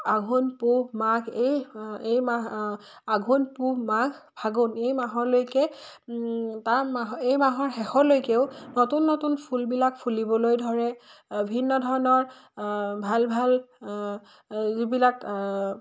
আঘোণ পুহ মাঘ এই এই মাহ আঘোণ পুহ মাঘ ফাগুন এই মাহলৈকে তাৰ মাহ এই মাহৰ শেষলৈকেও নতুন নতুন ফুলবিলাক ফুলিবলৈ ধৰে ভিন্ন ধৰণৰ ভাল ভাল যিবিলাক